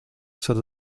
set